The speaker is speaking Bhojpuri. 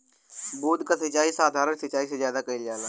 बूंद क सिचाई साधारण सिचाई से ज्यादा कईल जाला